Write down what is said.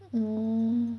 mm